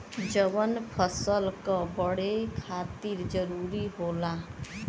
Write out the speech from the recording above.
जवन फसल क बड़े खातिर जरूरी होला